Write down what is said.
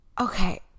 okay